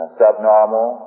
subnormal